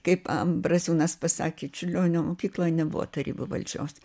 kaip ambraziūnas pasakė čiurlionio mokykloje nebuvo tarybų valdžios